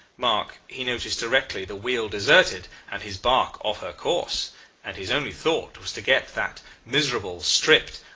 mark, he noticed directly the wheel deserted and his barque off her course and his only thought was to get that miserable, stripped,